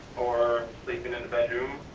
or sleeping in the bedroom.